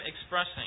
expressing